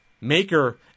Maker